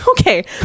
Okay